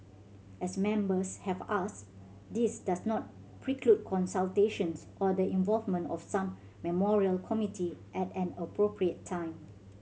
as Members have asked this does not preclude consultations or the involvement of some memorial committee at an appropriate time